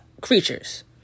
creatures